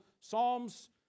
Psalms